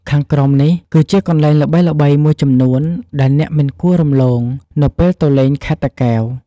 ខាងក្រោមនេះគឺជាកន្លែងល្បីៗមួយចំនួនដែលអ្នកមិនគួររំលងនៅពេលទៅលេងខេត្តតាកែវ៖